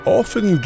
often